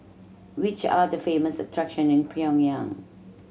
which are the famous attraction in Pyongyang